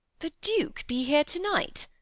the duke be here to-night?